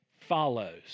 follows